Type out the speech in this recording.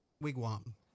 wigwam